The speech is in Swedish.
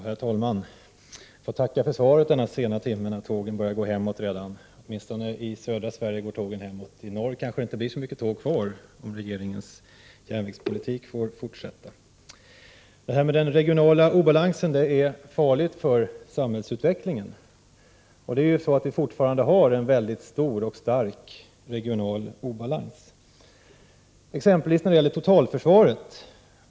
Herr talman! Jag får tacka för svaret denna sena timme när tågen börjar gå hemåt. Åtminstone i södra Sverige går tågen hemåt, i norr kanske det inte blir så mycket tåg kvar, om regeringens järnvägspolitik får fortsätta. Den regionala obalansen är farlig för samhällsutvecklingen. Vi har fortfarande en väldigt stor och stark regional obalans, exempelvis när det gäller totalförsvaret.